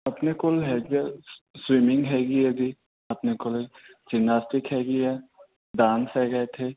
ਐਪਣੇ ਕੋਲ ਹੈਗੀ ਆ ਸ ਸਵਿਮਿੰਗ ਹੈਗੀ ਹੈ ਜੀ ਆਪਣੇ ਕੋਲ ਜਿੰਮਨਾਸਟਿਕ ਹੈਗੀ ਹੈ ਡਾਂਸ ਹੈਗਾ ਇੱਥੇ